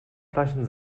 flaschen